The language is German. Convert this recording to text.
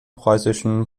preußischen